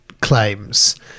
claims